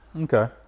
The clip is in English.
okay